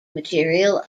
material